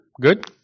Good